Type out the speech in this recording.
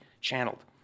channeled